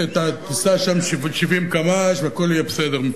תיסע שם 70 קמ"ש והכול יהיה בסדר מבחינתי.